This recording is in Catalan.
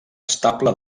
estable